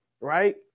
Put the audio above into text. right